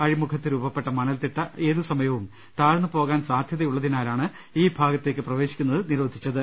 അഴിമുഖത്ത് രൂപപ്പെട്ട മണൽത്തിട്ട ഏതു സമയവും താഴ്ന്ന് പോകാൻ ട സാധ്യതയുള്ളതിനാലാണ് ഈ ഭാഗത്തേക്ക് പ്രവേശിക്കുന്നത് നിരോധിച്ചത്